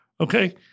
okay